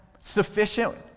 sufficient